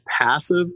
passive